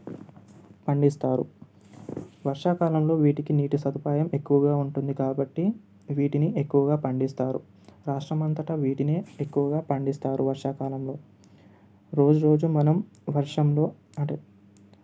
పండిస్తారు వర్షా కాలంలో వీటికి నీటి సదుపాయం ఎక్కువగా ఉంటుంది కాబట్టి వీటిని ఎక్కువగా పండిస్తారు రాష్ట్ర మంతటా వీటిని ఎక్కువగా పండిస్తారు వర్షా కాలంలో రోజు రోజు మనం వర్షంలో అంటే